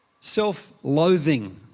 Self-loathing